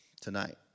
tonight